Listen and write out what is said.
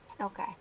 Okay